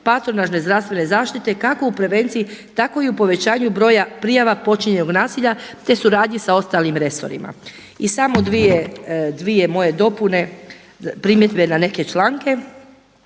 patronažne zdravstvene zaštite kako u prevenciji tako i u povećanju broja prijava počinjenog nasilja, te suradnji sa ostalim resorima. I samo dvije moje dopune, primjedbe na neke članke,